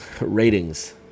Ratings